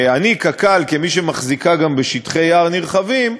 אני, קק"ל, כמי שמחזיקה גם בשטחי יער נרחבים,